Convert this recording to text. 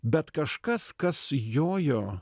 bet kažkas kas jojo